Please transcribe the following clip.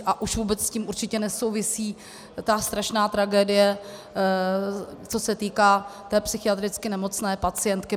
A už vůbec s tím určitě nesouvisí ta strašná tragédie, co se týká té psychiatricky nemocné pacientky.